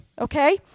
Okay